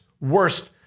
worst